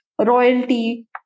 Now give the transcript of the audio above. royalty